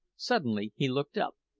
suddenly he looked up.